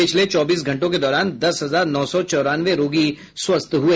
पिछले चौबीस घंटों के दौरान दस हजार नौ सौ चौरानवे रोगी स्वस्थ हुए